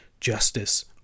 justice